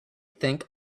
think